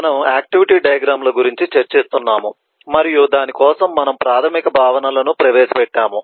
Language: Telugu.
మనము ఆక్టివిటీ డయాగ్రమ్ ల గురించి చర్చిస్తున్నాము మరియు దాని కోసం మనము ప్రాథమిక భావనలను ప్రవేశపెట్టాము